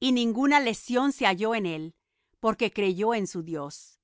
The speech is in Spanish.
y ninguna lesión se halló en él porque creyó en su dios